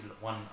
one